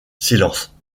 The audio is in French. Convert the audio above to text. silence